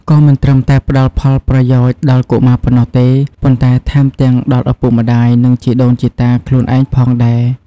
ក៏មិនត្រឹមតែផ្តល់ផលប្រយោជន៍ដល់កុមារប៉ុណ្ណោះទេ ប៉ុន្តែថែមទាំងដល់ឪពុកម្តាយ និងជីដូនជីតាខ្លួនឯងផងដែរ។